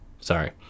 Sorry